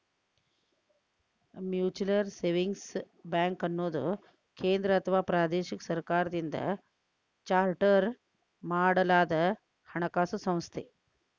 mutual savings ಬ್ಯಾಂಕ್ಅನ್ನುದು ಕೇಂದ್ರ ಅಥವಾ ಪ್ರಾದೇಶಿಕ ಸರ್ಕಾರದಿಂದ ಚಾರ್ಟರ್ ಮಾಡಲಾದಹಣಕಾಸು ಸಂಸ್ಥೆ